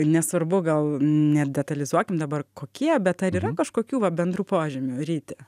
nesvarbu gal nedetalizuokim dabar kokie bet ar yra kažkokių va bendrų požymių ryti